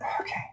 okay